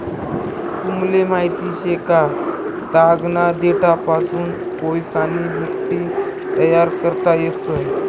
तुमले माहित शे का, तागना देठपासून कोयसानी भुकटी तयार करता येस